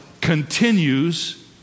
continues